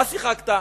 מה שיחקת?